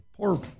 poor